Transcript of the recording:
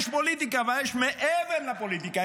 יש פוליטיקה, אבל יש מעבר לפוליטיקה.